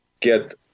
get